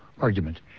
argument